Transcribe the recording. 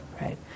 right